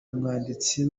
umwanditsi